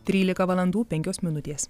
trylika valandų penkios minutės